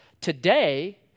Today